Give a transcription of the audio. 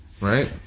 right